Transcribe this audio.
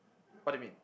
what do you mean